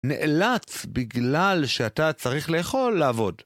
נאלץ בגלל שאתה צריך לאכול לעבוד.